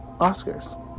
Oscars